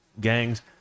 gangs